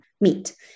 meet